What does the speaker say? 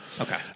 Okay